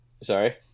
Sorry